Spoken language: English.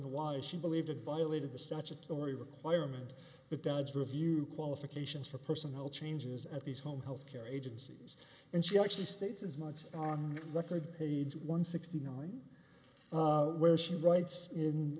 the wires she believed it violated the statutory requirement that doug's review qualifications for personnel changes at these home health care agencies and she actually states as much on record page one sixty nine where she writes in